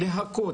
להקות,